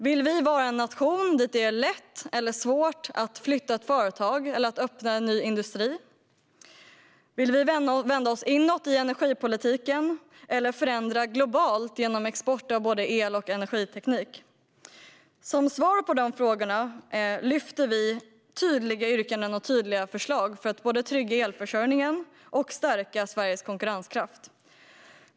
Vill vi vara en nation dit det är lätt eller svårt att flytta ett företag eller öppna en ny industri? Vill vi vända oss inåt i energipolitiken eller förändra globalt genom export av både el och energiteknik? Som svar på frågorna lyfter vi fram tydliga yrkanden och tydliga förslag för att trygga elförsörjningen och stärka Sveriges konkurrenskraft.